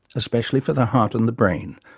especially for the heart and the brain,